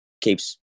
keeps